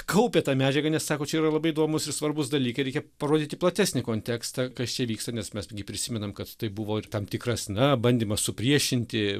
kaupė tą medžiagą nes sako čia yra labai įdomūs ir svarbūs dalykai reikia parodyti platesnį kontekstą kas čia vyksta nes mes gi prisimenam kad tai buvo ir tam tikras na bandymas supriešinti